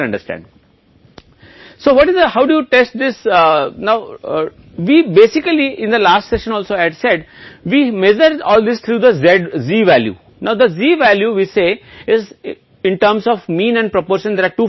Π 1 Π n तो Π कुछ भी नहीं है लेकिन सफलता की दर मूल रूप से है जिसे आप सरल रूप में समझते हैं यह पी नमूना जनसंख्या के अलावा कुछ भी नहीं है इसलिए पी एक्स क्यू एन उस अधिकार के रूप में अच्छा है